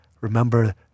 Remember